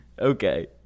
Okay